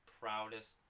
proudest